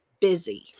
busy